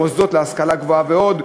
מוסדות להשכלה גבוהה ועוד,